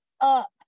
up